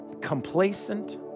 complacent